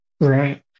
Right